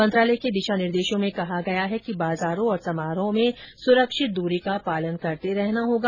मंत्रालय के दिशा निर्देशों में कहा गया है कि बाजारों और समारोहों में सुरक्षित दूरी का पालन करते रहना होगा